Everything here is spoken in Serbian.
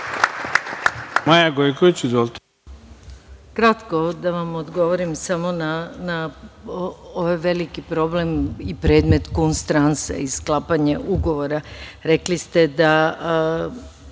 Maja Gojković. Izvolite.